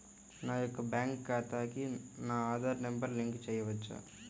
నా యొక్క బ్యాంక్ ఖాతాకి నా ఆధార్ నంబర్ లింక్ చేయవచ్చా?